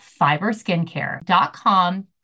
FiberSkincare.com